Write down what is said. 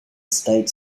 state